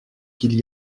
qu’il